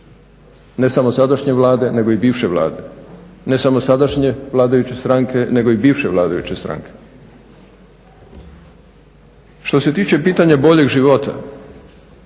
Ne samo sadašnje Vlade nego i bivše Vlade, ne samo sadašnje vladajuće stranke nego i bivše vladajuće stranke. Što se tiče pitanja boljeg života